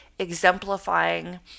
exemplifying